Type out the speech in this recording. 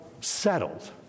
settled